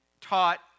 taught